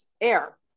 air